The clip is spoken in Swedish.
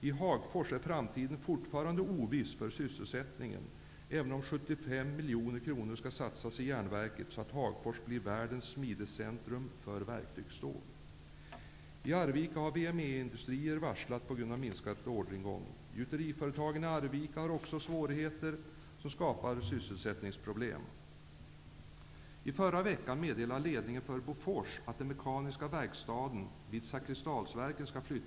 I Hagfors är framtiden fortfarande oviss för sysselsättningen, även om 75 miljoner kronor skall satsas i järnverket, så att Hagfors blir världens smidescentrum för verktygsstål. I Arvika har VME Industrier varslat på grund av minskad orderingång. Gjuteriföretagen i Arvika har också svårigheter som skapar sysselsättningsproblem.